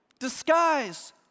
Disguise